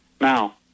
Now